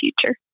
future